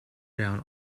down